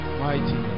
mighty